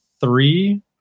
three